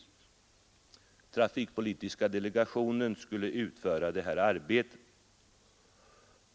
Trafikpolitiska delegationen skulle utföra det arbetet.